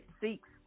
seeks